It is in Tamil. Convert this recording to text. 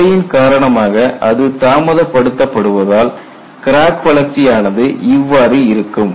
துளையின் காரணமாக அது தாமதப் படுத்தப்படுவதால் கிராக் வளர்ச்சி ஆனது இவ்வாறு இருக்கும்